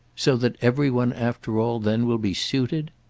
so that every one after all then will be suited?